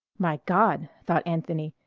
my god! thought anthony.